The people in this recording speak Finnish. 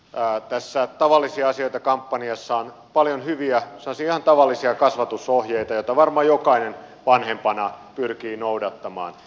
tässä tavallisia asioita kampanjassa on paljon hyviä sellaisia ihan tavallisia kasvatusohjeita joita varmaan jokainen vanhempana pyrkii noudattamaan